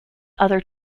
other